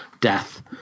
death